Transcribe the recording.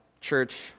church